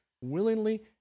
willingly